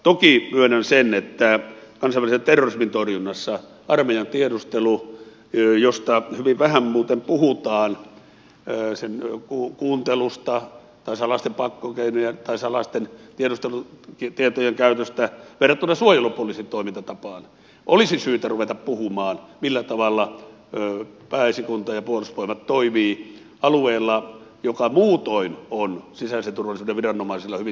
toki myönnän sen että kansainvälisen terrorismin torjunnassa armeijan tiedustelusta josta hyvin vähän muuten puhutaan sen kuuntelusta tai salaisten pakkokeinojen tai salaisten tiedustelutietojen käytöstä verrattuna suojelupoliisin toimintatapaan olisi syytä ruveta puhumaan millä tavalla pääesikunta ja puolustusvoimat toimivat alueella joka muutoin on sisäisen turvallisuuden viranomaisilla hyvin säänneltyä